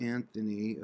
Anthony